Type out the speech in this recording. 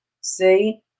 See